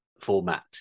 format